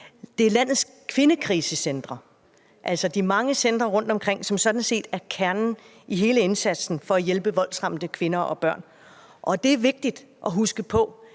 Det er landets kvindekrisecentre, altså de mange centre rundtomkring, som sådan set er kernen i hele indsatsen for at hjælpe voldsramte kvinder og børn. Og det er vigtigt at huske på,